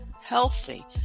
Healthy